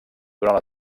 durant